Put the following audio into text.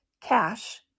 cash